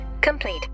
complete